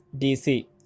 dc